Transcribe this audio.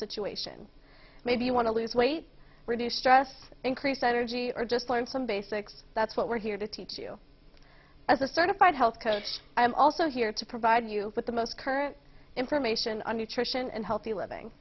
situation maybe you want to lose weight reduce stress increased energy or just learn some basics that's what we're here to teach you as a certified health coach i am also here to provide you with the most current information on nutrition and healthy living